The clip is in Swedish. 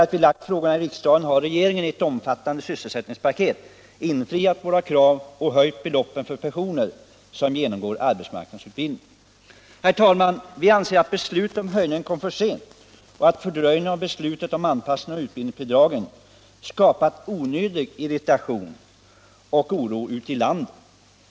Sedan vi ställt frågorna i riksdagen har regeringen genom ett omfattande sysselsättningspaket infriat våra krav och höjt beloppen för personer som genomgår arbetsmarknadsutbildning. Herr talman! Vi anser att beslutet om höjningen kom för sent och att fördröjningen av beslutet om anpassning av utbildningsbidragen skapat onödig irritation och oro ute i landet.